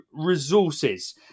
Resources